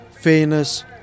fairness